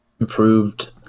improved